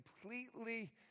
completely